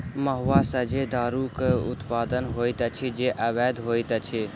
महुआ सॅ जे दारूक उत्पादन होइत अछि से अवैध होइत अछि